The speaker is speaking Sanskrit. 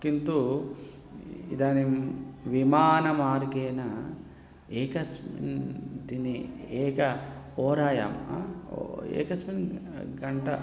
किन्तु इदानीं विमानमार्गेण एकस्मिन् दिने एका होरायां एकस्मिन् घण्टा